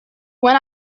when